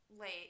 late